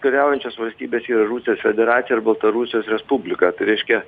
kariaujančios valstybės yra rusijos federacija ir baltarusijos respublika tai reiškia